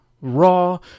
Raw